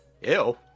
Ew